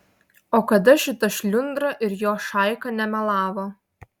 o kada šita šliundra ir jos šaika nemelavo